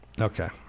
Okay